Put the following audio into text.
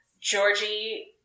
Georgie